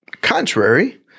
contrary